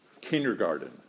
kindergarten